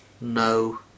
no